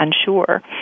unsure